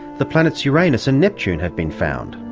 the planets uranus and neptune have been found,